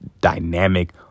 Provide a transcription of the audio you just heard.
dynamic